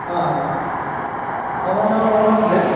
हँ हँ हमर नाम रौनक भेल